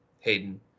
Hayden